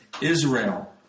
Israel